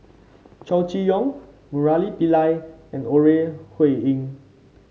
Chow Chee Yong Murali Pillai and Ore Huiying